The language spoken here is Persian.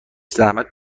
زحمت